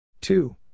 Two